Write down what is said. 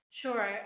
Sure